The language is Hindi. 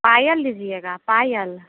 पायल लीजिएगा पायल